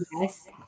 Yes